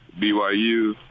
BYU